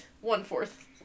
one-fourth